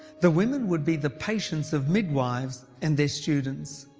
the women would be the patients of midwives and their students.